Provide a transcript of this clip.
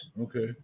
Okay